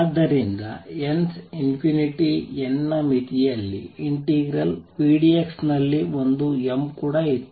ಆದ್ದರಿಂದ n →∞ ನ ಮಿತಿಯಲ್ಲಿ ∫pdx ಅಲ್ಲಿ ಒಂದು m ಕೂಡ ಇತ್ತು